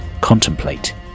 contemplate